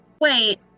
Wait